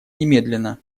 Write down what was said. немедленно